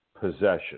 possession